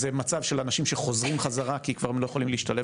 זה מצב של אנשים שחוזרים חזרה כי כבר הם לא יכולים להשתלב